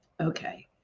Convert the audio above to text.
Okay